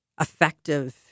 effective